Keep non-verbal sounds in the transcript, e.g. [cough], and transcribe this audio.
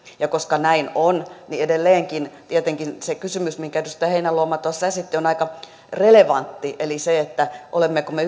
ja koska näin on niin edelleenkin tietenkin se kysymys minkä edustaja heinäluoma tuossa esitti on aika relevantti eli se olemmeko me [unintelligible]